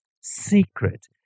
secret